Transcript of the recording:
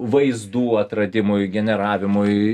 vaizdų atradimui generavimui